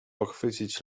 pochwycić